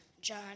John